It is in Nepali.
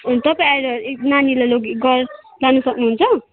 तपाईँ आएर नानीलाई घर लानु सक्नुहुन्छ